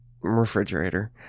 refrigerator